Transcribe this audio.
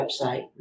website